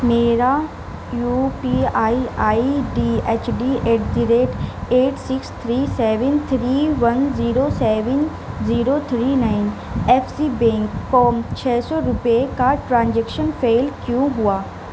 میرا U P I I D H D at the rate eight six three seven three one zero seven zero three nine F C bank com چھ سو روپیے کا transaction fail کیوں ہوا